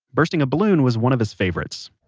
bursting a balloon was one of his favourites